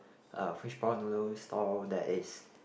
uh fishball noodles stall that is